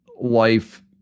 life